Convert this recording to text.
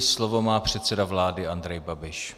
Slovo má předseda vlády Andrej Babiš.